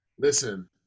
Listen